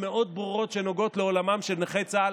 המאוד-ברורות שנוגעות לעולמם של נכי צה"ל,